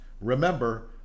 Remember